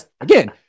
Again